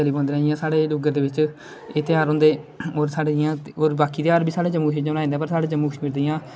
चली पौंदे ना इयां साढ़े जेहडे़ डुग्गर दे बिच एह् घ्यार होंदे और साढ़े जेहडे़ बाकी घ्यार बी साढ़े जम्मू कशमीर दे मनाए जंदे न पर साढ़े जम्मू कशमीर दियां